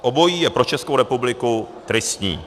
Obojí je pro Českou republiku tristní.